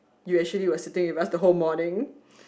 you actually were sitting with us the whole morning